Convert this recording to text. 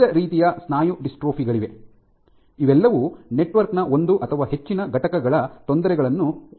ವಿವಿಧ ರೀತಿಯ ಸ್ನಾಯು ಡಿಸ್ಟ್ರೋಫಿ ಗಳಿವೆ ಇವೆಲ್ಲವೂ ನೆಟ್ವರ್ಕ್ ನ ಒಂದು ಅಥವಾ ಹೆಚ್ಚಿನ ಘಟಕಗಳ ತೊಂದರೆಗಳನ್ನು ಒಳಗೊಂಡಿರುತ್ತದೆ